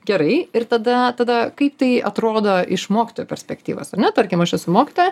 gerai ir tada tada kaip tai atrodo iš mokytojo perspektyvos ar ne tarkim aš esu mokytoja